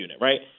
right